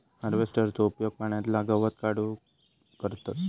हार्वेस्टरचो उपयोग पाण्यातला गवत काढूक करतत